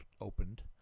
opened